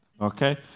Okay